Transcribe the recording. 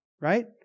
Right